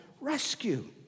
rescue